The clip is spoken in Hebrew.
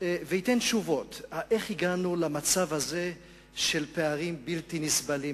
וייתן תשובות: איך הגענו למצב הזה של פערים בלתי נסבלים,